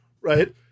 right